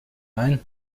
ein